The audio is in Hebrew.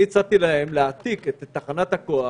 הצעתי להם להעתיק את תחנת הכוח,